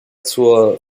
zur